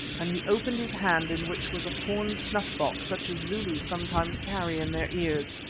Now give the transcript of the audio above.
and he opened his hand in which was a horn snuff-box such as zulus sometimes carry in their ears.